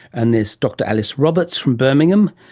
and there's dr alice roberts from birmingham,